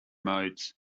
modes